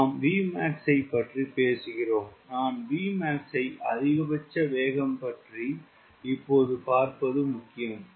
நாம் Vmax ஐ பற்றி பேசுகிறோம் நான் Vmax ஐ அதிகபட்ச வேகம் பற்றி இப்போது பார்ப்பது முக்கியம்